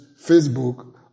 Facebook